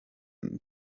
nzu